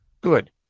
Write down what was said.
Good